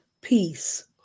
peace